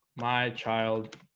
my child